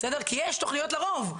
כי יש תוכניות לרוב,